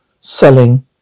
Selling